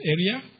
area